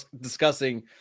discussing